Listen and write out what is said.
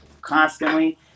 constantly